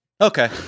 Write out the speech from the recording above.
Okay